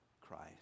Christ